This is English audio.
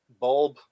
bulb